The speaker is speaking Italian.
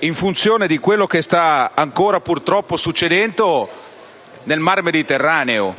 in funzione di quello che purtroppo sta ancora succedendo nel mar Mediterraneo.